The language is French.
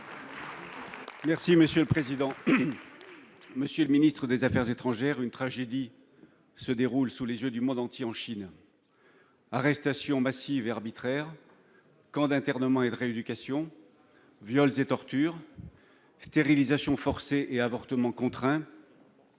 Monsieur le ministre de l'Europe et des affaires étrangères, une tragédie se déroule sous les yeux du monde entier en Chine : arrestations massives et arbitraires, camps d'internement et de rééducation, viols et tortures, stérilisations forcées et avortements contraints.